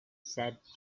said